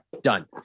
done